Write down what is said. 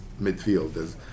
midfielders